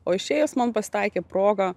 o išėjus man pasitaikė proga